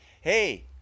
Hey